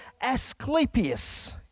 Asclepius